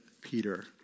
Peter